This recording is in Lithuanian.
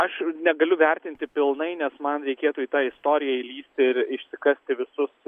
aš negaliu vertinti pilnai nes man reikėtų į tą istoriją įlįsti ir išsikasti visus